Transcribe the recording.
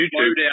YouTube